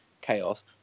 chaos